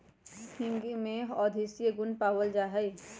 हींग में औषधीय गुण पावल जाहई